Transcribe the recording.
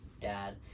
dad